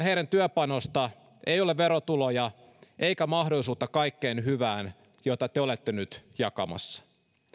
heidän työpanostaan ei ole verotuloja eikä mahdollisuutta kaikkeen hyvään jota te olette nyt jakamassa